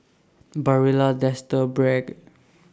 Barilla Dester Bragg